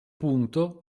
punto